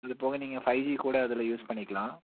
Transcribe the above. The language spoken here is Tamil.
இதுப்போக நீங்கள் ஃபை ஜி கூட அதில் யூஸ் பண்ணிக்கலாம்